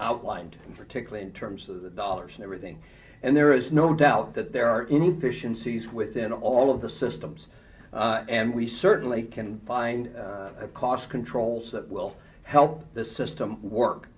outlined particularly in terms of dollars and everything and there is no doubt that there are inefficient sees within all of the systems and we certainly can find a cost controls that will help this system work